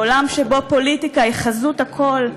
בעולם שבו פוליטיקה היא חזות הכול,